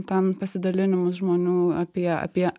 ten pasidalinimus žmonių apie apie